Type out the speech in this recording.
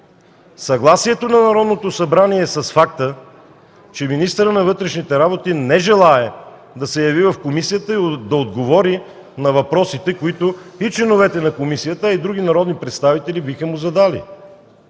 съгласието на Народното събрание с факта, че министърът на вътрешните работи не желае да се яви в комисията и да отговори на въпросите, които и членовете на комисията, и други народни представители биха му задали.